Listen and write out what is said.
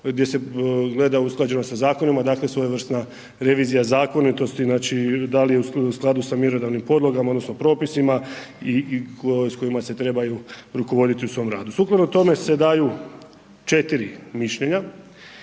gdje se gleda usklađenost sa zakonima, dakle svojevrsna revizija zakonitosti, znači da li je u skladu sa mjerodavnim podlogama, odnosno propisima i s kojima se trebaju rukovoditi u svom radu. Sukladno tome se daju 4 mišljenja,